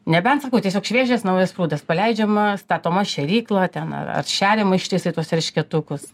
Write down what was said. nebent sakau tiesiog šviežias naujas prūdas paleidžiama statoma šerykla ten ar ar šeriama ištisai tuos eršketukus